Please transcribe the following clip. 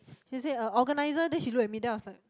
she said uh organiser then she looked at me then I was like